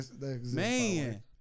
Man